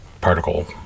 particle